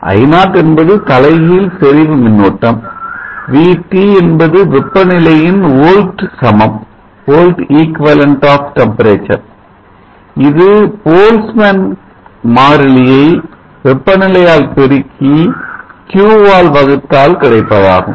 I0 என்பது தலைகீழ் செறிவு மின்னோட்டம் VT என்பது வெப்பநிலையின் ஓல்ட் சமம் இது Boltzmann மாறிலியை வெப்பநிலையால் பெருக்கி q ஆல் வகுத்தால் கிடைப்பதாகும்